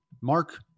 Mark